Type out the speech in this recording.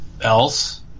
else